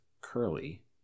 Curly